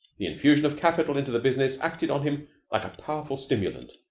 the infusion of capital into the business acted on him like a powerful stimulant.